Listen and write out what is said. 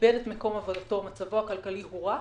איבד את מקום עבודתו ומצבו הכלכלי הורע,